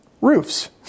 roofs